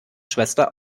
schwester